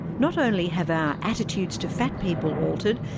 not only have our attitudes to fat people altered,